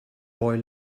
boy